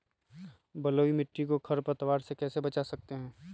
बलुई मिट्टी को खर पतवार से कैसे बच्चा सकते हैँ?